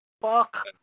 Fuck